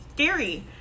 scary